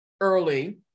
early